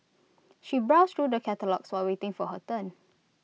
she browsed through the catalogues while waiting for her turn